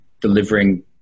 delivering